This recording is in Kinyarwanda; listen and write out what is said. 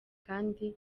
kandi